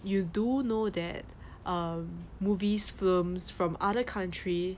you do know that uh movies films from other country